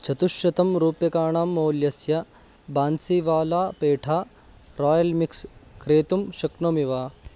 चतुश्शतं रूप्यकाणां मौल्यस्य बान्सिवालापेठा रायल् मिक्स् क्रेतुं शक्नोमि वा